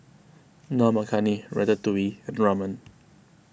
Dal Makhani Ratatouille and Ramen